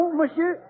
monsieur